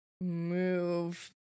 move